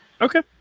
okay